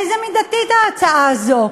איזה מידתית ההצעה הזאת?